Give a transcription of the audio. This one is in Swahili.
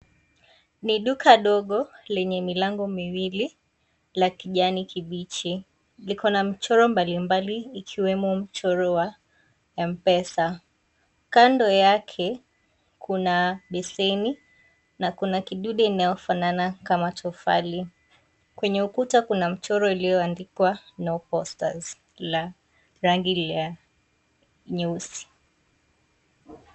Ni duka ndogo lenye milango miwili la kijani kibichi. Likona mchoro mbalimbali ikiwemo mchoro wa Mpesa. Kando yake kuna beseni na kuna kidude kinachofanana kama tofali. Kwenye ukuta kuna mchoro iliyoandikwa (cs) no posters (cs) la rangili ya nyeusi.